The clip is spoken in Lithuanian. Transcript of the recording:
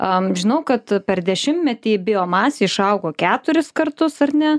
žinau kad per dešimtmetį biomasė išaugo keturis kartus ar ne